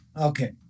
Okay